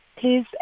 Please